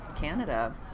Canada